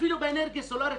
אפילו באנרגיה סולרית,